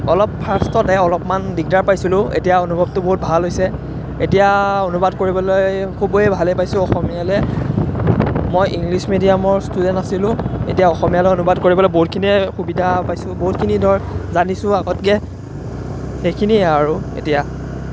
অলপ ফাৰ্ষ্টতে অলপমান দিগদাৰ পাইছিলোঁ এতিয়া অনুভৱটো বহুত ভাল হৈছে এতিয়া অনুবাদ কৰিবলৈ খুবেই ভালেই পাইছোঁ অসমীয়ালৈ মই ইংলিছ মিডিয়ামৰ ষ্টুডেণ্ট আছিলোঁ এতিয়া অসমীয়ালৈ অনুবাদ কৰিবলৈ বহুতখিনিয়ে সুবিধা পাইছোঁ বহুতখিনি ধৰ জানিছোঁ আগতকৈ সেইখিনিয়ে আৰু এতিয়া